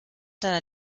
deiner